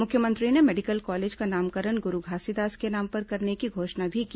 मुख्यमंत्री ने medical college का नामकरण गुरू घासीदास के नाम पर करने की घोषणा भी की